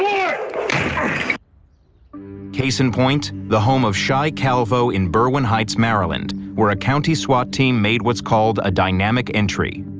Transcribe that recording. yeah case in point, the home of cheye calvo in berwyn heights, maryland, where a county swat team made what's called a dynamic entry.